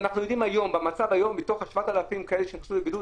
ואנחנו יודעים במצב היום מתוך ה-7,000 שנכנסו לבידוד